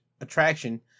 attraction